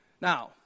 Now